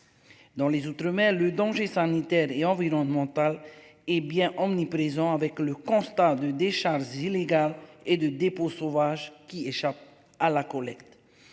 Dans les outre-mers le danger sanitaire et environnemental. Hé bien omniprésent avec le constat de décharges illégales et de dépôt sauvage qui échappe à la collecte.